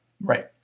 Right